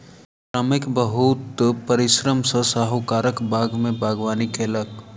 श्रमिक बहुत परिश्रम सॅ साहुकारक बाग में बागवानी कएलक